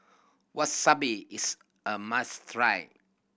wasabi is a must try